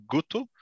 Guto